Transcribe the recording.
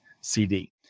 CD